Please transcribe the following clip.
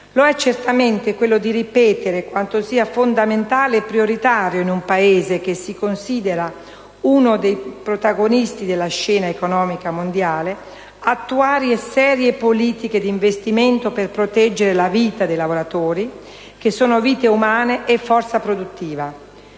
lo è certamente quello di ripetere quanto sia fondamentale e prioritario, in un Paese che si considera uno dei protagonisti della scena economica mondiale, attuare serie politiche di investimento per proteggere la vita dei lavoratori che sono vite umane e forza produttiva.